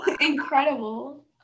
Incredible